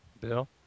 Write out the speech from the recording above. Bill